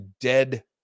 dead